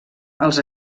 els